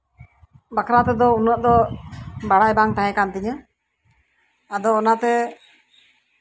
ᱵᱟᱠᱷᱨᱟ ᱛᱮᱫᱚ ᱩᱱᱟᱹᱜ ᱫᱚ ᱵᱟᱲᱟᱭ ᱵᱟᱝ ᱛᱟᱦᱮᱸ ᱠᱟᱱ ᱛᱤᱧᱟᱹ ᱟᱫᱚ ᱚᱱᱟᱛᱮ